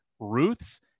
Ruths